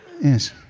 Yes